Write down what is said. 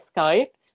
Skype